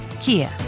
Kia